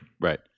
Right